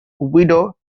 widow